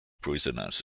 prisoners